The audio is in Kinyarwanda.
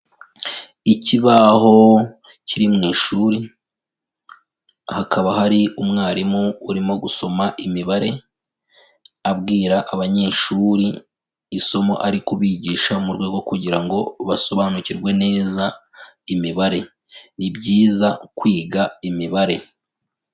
Ikibaho kiri mu ishuri, hakaba hari umwarimu urimo gusoma imibare abwira abanyeshuri isomo ari kubigisha mu rwego rwo kugira ngo basobanukirwe neza imibare, ni byiza kwiga imibare.